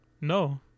no